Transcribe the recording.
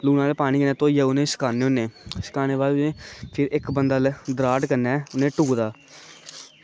लुनै च पानी कन्नै धोइयै उनेंगी सुक्काने होने सुक्कानै दे बाद बी इक्क बंदा दरात कन्नै उनेंगी टुक्कदा